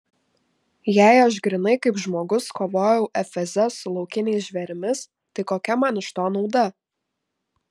jei aš grynai kaip žmogus kovojau efeze su laukiniais žvėrimis tai kokia man iš to nauda